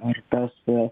ar tas